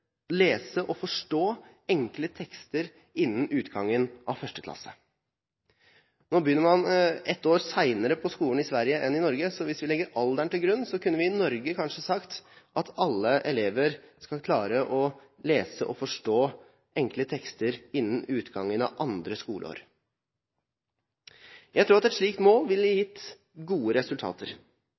forstå enkle tekster innen utgangen av 1. klasse. Nå begynner man ett år senere på skolen i Sverige enn i Norge, så hvis vi legger alderen til grunn, kunne vi i Norge kanskje sagt at alle elever skal klare å lese og forstå enkle tekster innen utgangen av andre skoleår. Jeg tror at et slikt mål ville gitt gode resultater.